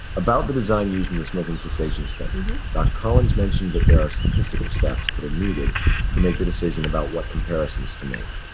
about the design used in the smoking cessation study dr. collins mentioned that there are statistical steps that are needed to make the decision about what comparisons to make.